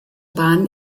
bahn